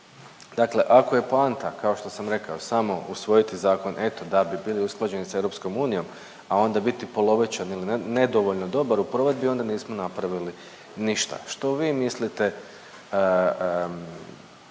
Dakle ako je poanta kao što sam rekao samo usvojiti zakon eto da bi bili usklađeni sa EU, a onda biti polovičan ili nedovoljno dobar u provedbi onda nismo napravili ništa. Što vi mislite,